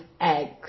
eggs